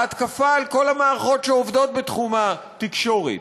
ההתקפה על כל המערכות שעובדות בתחום התקשורת,